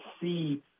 see